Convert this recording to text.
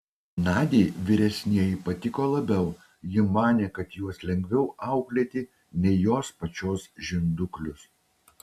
nadiai vyresnieji patiko labiau ji manė kad juos lengviau auklėti nei jos pačios žinduklius